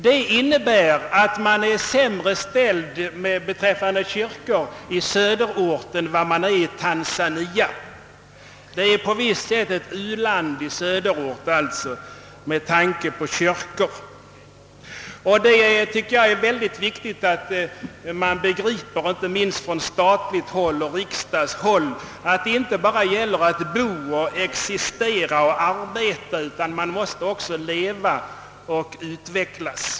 Detta innebär att det är sämre ställt be träffande kyrkor i det nämnda kontraktet än det är i Tanzania. Söderort är alltså på visst sätt ett u-land med avseende på kyrkor. Jag tycker det är viktigt att man på statligt håll och inte minst i riksdagen begriper att det gäller för människorna inte bara att existera och arbeta, utan också att leva och utvecklas.